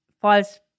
falls